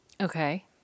Okay